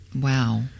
Wow